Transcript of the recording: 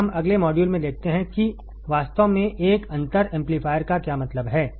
अब हम अगले मॉड्यूल में देखते हैं कि वास्तव में एक अंतर एम्पलीफायर का क्या मतलब है